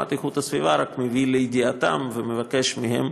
קמ"ט איכות הסביבה רק מביא לידיעתם ומבקש מהם,